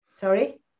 sorry